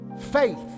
faith